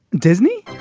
disney?